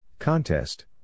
Contest